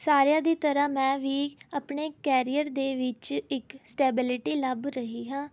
ਸਾਰਿਆਂ ਦੀ ਤਰ੍ਹਾਂ ਮੈਂ ਵੀ ਆਪਣੇ ਕੈਰੀਅਰ ਦੇ ਵਿੱਚ ਇੱਕ ਸਟੈਬਿਲਟੀ ਲੱਭ ਰਹੀ ਹਾਂ